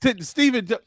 Stephen